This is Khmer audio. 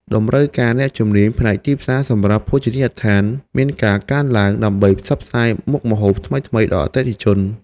តម្រូវការអ្នកជំនាញផ្នែកទីផ្សារសម្រាប់ភោជនីយដ្ឋានមានការកើនឡើង ដើម្បីផ្សព្វផ្សាយមុខម្ហូបថ្មីៗដល់អតិថិជន។